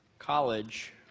college,